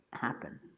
happen